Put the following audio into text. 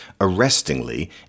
arrestingly